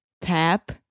tap